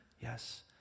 Yes